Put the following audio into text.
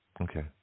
Okay